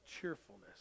cheerfulness